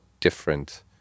different